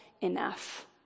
enough